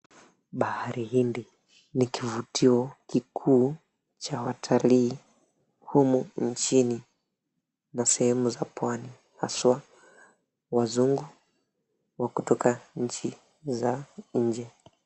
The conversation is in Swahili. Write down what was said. Bahari Hindi ni kivutio kikuu cha watalii humu nchini na sehemu za pwani haswa wazungu wa kutoka nchi za nje.